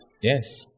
Yes